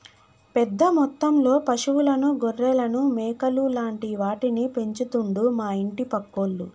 పెద్ద మొత్తంలో పశువులను గొర్రెలను మేకలు లాంటి వాటిని పెంచుతండు మా ఇంటి పక్కోళ్లు